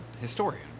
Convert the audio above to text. historian